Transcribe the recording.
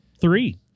three